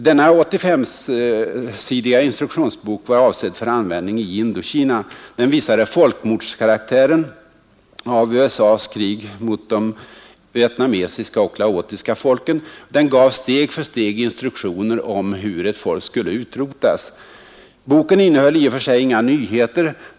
Denna 85-sidiga instruktionsbok var avsedd för användning i Indokina. Den visade folkmordskaraktären av USAs krig mot de vietnamesiska och laotiska folken. Den gav steg för steg instruktioner om hur ett folk skall utrotas. Denna bok innehöll i och för sig inga nyheter.